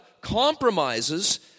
compromises